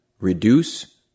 reduce